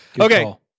okay